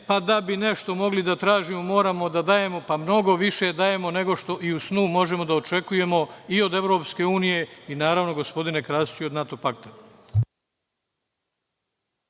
da bismo nešto mogli da tražimo, moramo da dajemo, pa mnogo više dajemo nego što i u snu možemo da očekujemo i od EU i, naravno, gospodine Krasiću, od NATO pakta.